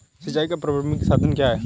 सिंचाई का प्रारंभिक साधन क्या है?